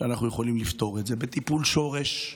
שאנחנו יכולים לפתור את זה בטיפול שורש,